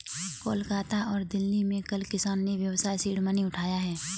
कोलकाता और दिल्ली में कल किसान ने व्यवसाय सीड मनी उठाया है